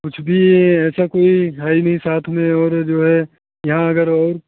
कुछ भी ऐसा कोई है भी नहीं साथ में और जो है यहाँ अगर और